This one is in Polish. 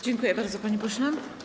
Dziękuję bardzo, panie pośle.